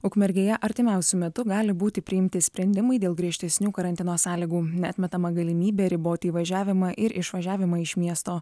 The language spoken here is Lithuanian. ukmergėje artimiausiu metu gali būti priimti sprendimai dėl griežtesnių karantino sąlygų neatmetama galimybė riboti įvažiavimą ir išvažiavimą iš miesto